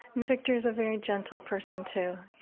and victor's a very gentle person, too,